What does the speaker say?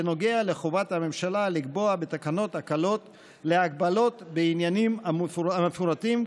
בנוגע לחובת הממשלה לקבוע בתקנות הקלות להגבלות בעניינים המפורטים,